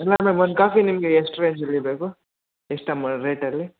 ಇಲ್ಲ ಮ್ಯಾಮ್ ಒಂದು ಕಾಫಿ ನಿಮಗೆ ಎಷ್ಟು ರೇಂಜಲ್ಲಿ ಬೇಕು ಎಷ್ಟು ಅಮ ರೇಟಲ್ಲಿ